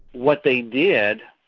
what they did,